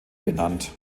benannt